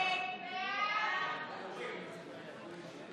הודעת הממשלה על העברת סמכויות